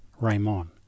Raymond